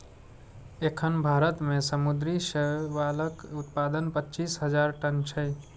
एखन भारत मे समुद्री शैवालक उत्पादन पच्चीस हजार टन छै